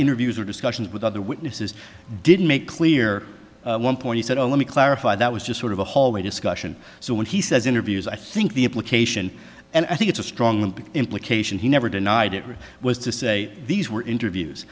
interviews or discussions with other witnesses didn't make clear one point he said oh let me clarify that was just sort of a hallway discussion so when he says interviews i think the implication and i think it's a strong implication he never denied it was to say these were